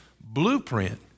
blueprint